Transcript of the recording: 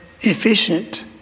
efficient